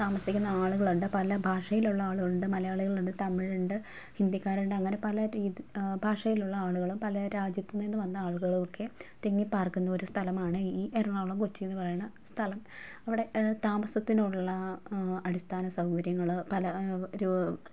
താമസിക്കുന്ന ആളുകളുണ്ട് പല ഭാഷയിലുള്ള ആളുകളുണ്ട് മലയാളികളുണ്ട് തമിഴ് ഉണ്ട് ഹിന്ദിക്കാരുണ്ട് അങ്ങനെ പല രീതി ഭാഷയിലുള്ള ആളുകളും പല രാജ്യത്ത് നിന്ന് വന്ന ആളുകളുമൊക്കെ തിങ്ങിപ്പാർക്കുന്ന ഒരു സ്ഥലമാണ് ഈ എറണാകുളം കൊച്ചി എന്ന് പറയുന്ന സ്ഥലം അവിടെ താമസത്തിനുള്ള അടിസ്ഥാന സൗകര്യങ്ങള് പല രോ